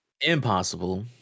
impossible